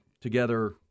together